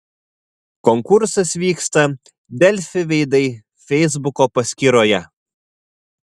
konkursas vyksta delfi veidai feisbuko paskyroje